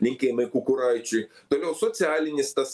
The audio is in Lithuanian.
linkėjimai kukuraičiui toliau socialinis tas